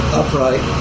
upright